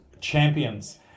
champions